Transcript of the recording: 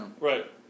Right